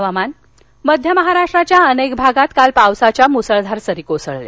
हवामान मध्य महाराष्ट्राच्या अनेक भागात काल पावसाच्या मुसळधार सरी कोसळल्या